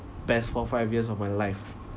best four five years of my life